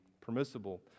permissible